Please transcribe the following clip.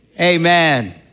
Amen